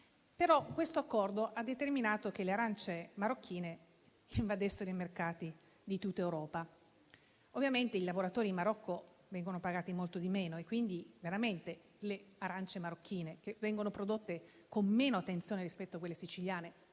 Questo accordo, però, ha fatto sì che le arance marocchine invadessero i mercati di tutta Europa. Ovviamente i lavoratori in Marocco vengono pagati molto di meno e quindi veramente le arance marocchine, che vengono prodotte con meno attenzione rispetto a quelle siciliane,